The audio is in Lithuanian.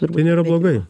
tai nėra blogai